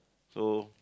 so